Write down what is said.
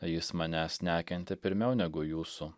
jis manęs nekentė pirmiau negu jūsų